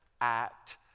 act